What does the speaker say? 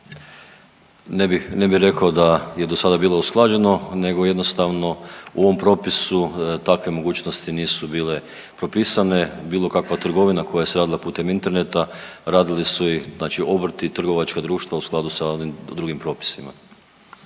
ne bi rekao da je dosada bilo usklađeno nego jednostavno u ovom propisu takve mogućnosti nisu bile propisane. Bilo kakva trgovina koja se radila putem interneta radili su i znači obrti, trgovačka društva u skladu sa onim drugim propisima.